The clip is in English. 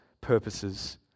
purposes